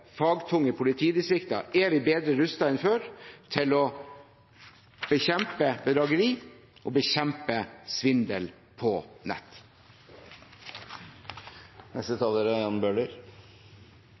fagtunge politidistrikter, er vi bedre rustet enn før til å bekjempe bedrageri og svindel på nett.